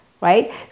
right